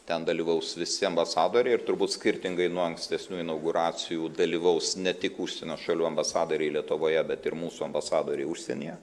ten dalyvaus visi ambasadoriai ir turbūt skirtingai nuo ankstesnių inauguracijų dalyvaus ne tik užsienio šalių ambasadoriai lietuvoje bet ir mūsų ambasadoriai užsienyje